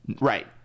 right